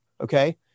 Okay